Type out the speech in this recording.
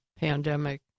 pandemic